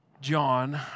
John